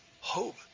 hope